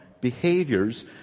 Behaviors